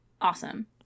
awesome